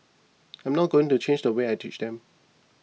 I'm not going to change the way I teach them